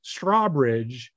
Strawbridge